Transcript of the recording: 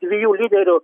dviejų lyderių